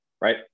right